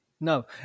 No